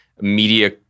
media